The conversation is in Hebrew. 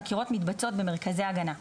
החקירות מתבצעות במרכזי ההגנה;